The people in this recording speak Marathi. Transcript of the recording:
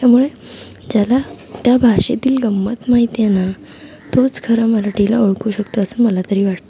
त्यामुळे ज्याला त्या भाषेतील गंमत माहीत आहे ना तोच खरा मराठीला ओळखू शकतो असं मला तरी वाटतं